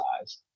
size